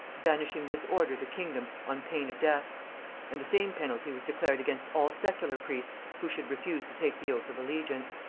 banishing this order the kingdom on pain of death and the same penalty was declared against all secular priests who should refuse to take the oath of allegiance.